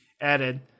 added